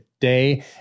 day